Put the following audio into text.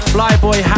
Flyboy